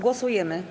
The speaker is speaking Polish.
Głosujemy.